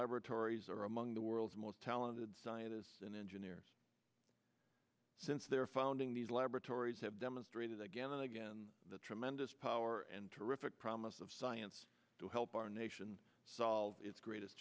laboratories are among the world's most talented scientists and engineers since their founding these laboratories have demonstrated again and again the tremendous power and terrific promise of science to help our nation solve its greatest